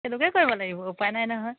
সেইটোকে কৰিব লাগিব উপায় নাই নহয়